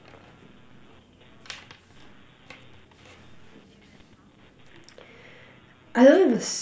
oh